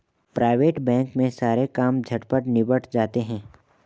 private bank में सारे काम झटपट निबट जाते हैं